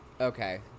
Okay